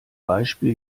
beispiel